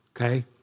okay